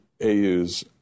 AU's